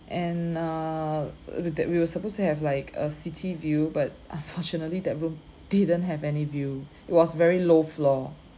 and err w~ we were supposed to have like a city view but unfortunately that room didn't have any view it was very low floor